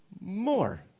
more